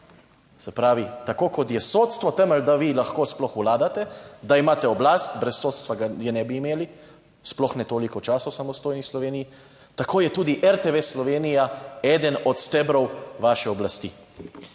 Se pravi, tako kot je sodstvo temelj, da vi lahko sploh vladate, da imate oblast, brez sodstva je ne bi imeli, sploh ne toliko časa v samostojni Sloveniji, tako je tudi RTV Slovenija eden od stebrov vaše oblasti